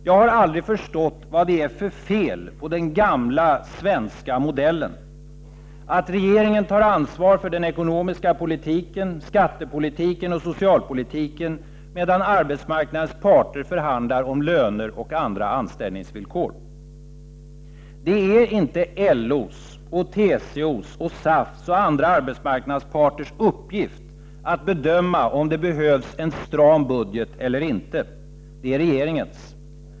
Jag har aldrig förstått vad det är för fel på den gamla svenska modellen: att regeringen tar ansvar för den ekonomiska politiken, skattepolitiken och socialpolitiken, medan arbetsmarknadens parter förhandlar om löner och andra anställningsvillkor. Det är inte LO:s, TCO:s, SAF:s eller andra arbetsmarknadsparters uppgift att bedöma om det behövs en stram budget eller inte, det är regeringens.